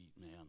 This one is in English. man